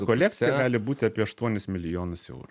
kolekcija gali būti apie aštuonis milijonus eurų